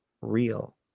Real